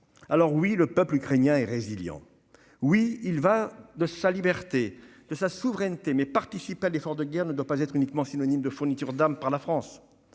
armes. Oui, le peuple ukrainien est résilient. Oui, il y va de sa liberté et de sa souveraineté, mais participer à l'effort de guerre ne doit pas être uniquement synonyme de fourniture d'armes par la France.